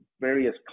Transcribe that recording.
various